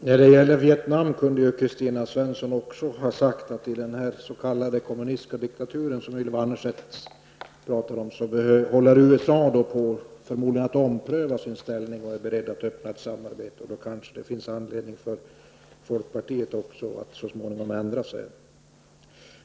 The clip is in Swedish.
Herr talman! I fråga om Vietnam kunde Kristina Svensson också ha sagt att USA håller på att ompröva sin inställning till den s.k. kommunistiska diktaturen, som Ylva Annerstedt pratar om, och är berett att starta ett samarbete. Då finns det kanske anledning för folkpartiet också att så småningom ändra sig.